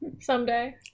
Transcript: someday